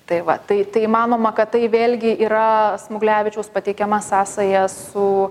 tai va tai tai manoma kad tai vėlgi yra smuglevičiaus pateikiama sąsaja su